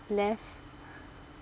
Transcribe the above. left